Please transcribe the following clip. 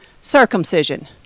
circumcision